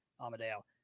Amadeo